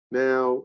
now